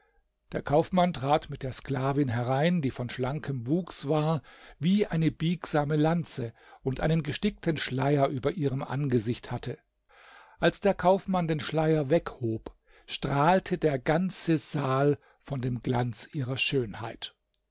der kaufmann trat mit der sklavin herein die von schlankem wuchs war wie eine biegsame lanze und einen gestickten schleier über ihrem angesicht hatte als der kaufmann den schleier weghob strahlte der ganze saal von dem glanz ihrer schönheit